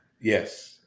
Yes